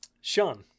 Sean